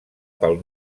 pel